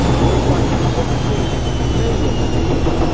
we've got sixty million of these